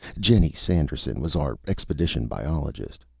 jenny sanderson was our expedition biologist.